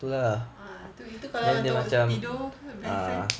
ah tu itu kalau untuk tidur best eh